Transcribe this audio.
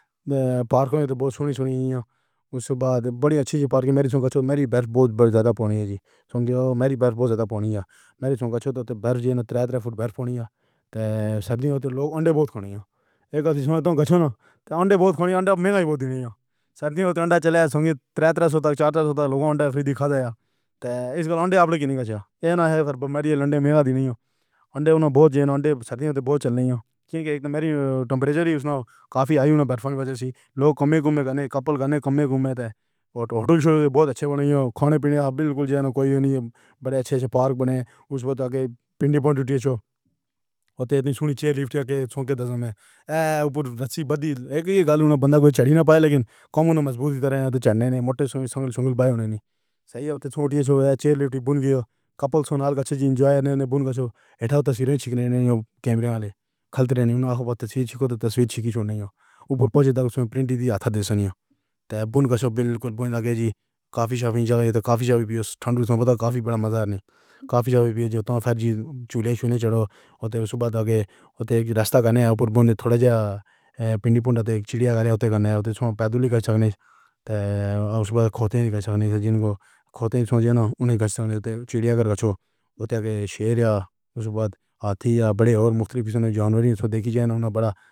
تے پارک ہن تاں بہت سُنی، سُنی گئی اے۔ اُس بعد بڑی اچھی پارٹی۔ میری گچھو میری برف بہت، بہت زیادہ پڑنی اے جی۔ سنگ او میری برف بہت زیادہ پڑنی اے۔ میری چھوݨ گچھو تے برف جی ترئے-ترئے فٹ برف پڑنی ہا۔ تے سردیاں تے لوک انڈے بہت کھانی اے۔ ہک واری تُساں گچھو نہ تے انڈے بہت کھانی ہو۔ انڈا مہنگا وی بہت ہی کائنی۔ سردی ہووے تاں انڈا چلے آ سنگ ترئے-ترئے سو تک چار سو تک لوکاں انڈا فری ݙکھا ݙتا۔ تے اِس وار انڈے آوݨ لیکن گچھا۔ ایہ نہیں پر میں گچھو تے انڈے مہنگا ہی کائنی۔ انڈے ہووݨ بہت زین انڈے، سردی ہووے تے بہت چلݨی ہو۔ کیوں جو میری ٹمپریچر ہی اُسدا کافی آئی ہونا برف دی وجہ توں۔ لوک کمے گھومے کݨے کپل کݨے کمے گھومے تے ہوٹل، ہوٹل شروع بہت اچھے بݨے ہو۔ کھاݨے پِیݨ دا بلکل جݙا کوئی کائنی۔ وݙے اچھے-اچھے پارک بݨے ہن۔ اُس وخت اڳوں پنڈی پونڈی اُٹھی اچھو۔ اُتّے اِتنی سُنی چیئر لفٹ دے سوکھے دسݨے ایسی رسی بندی۔ ہک وی گال ہووݨ بندہ کوئی چڑھے نہ پاوے لیکن کمون مضبوط طرح چڑھݨ کائنی۔ موٹے سنگیل سنگیل پاوے ہووݨ کائنی۔ صحیح ہووݨ اُٹھیئے سو چیئر لفٹ بݨ ڳئیو، کپلاں نال۔ اچھا جی اینجوائے اے۔ اوہ بݨ کجھ۔ ہیٹھاں تصویراں چھکݨے کیمرے والے۔ کھلدے نہ اکھو پتے چھیکو تصویر چھِنکی چھُٹݨا ہیا۔ اُتے پُڄے تاں پرنٹنگ وی ہتھ دِکھاݨی کائنی تے بݨ کجھ بلکل بولے لڳے جی کافی شاپ جا ڳئے تاں کافی پیو۔ ٹھنڈ توں پتہ کافی وݙا مزا آندا کائنی۔ کافی پیا ویندا اے جی چولھے شولھے چڑھو۔ اُتے صبح اڳوں اُتے راہ کݨے اُتے تھوڑا جاہوں پنڈی پونڈا تے ہک چڑیا گھر ہووݨ کݨے اُتے پیادے ہی کیہ سڳݨے تے اُس بعد کیہدن ہن نہ سو جنہاں کوں کھووݨ بولے جیویں نہ سڳدن تے چڑیا گھر کجھ۔ اُتے اڳوں شیر یا اُس وچ ہاتھی یا وݙے تے مختلف جانور ݙیکھے ونڄݨ ناں وݙا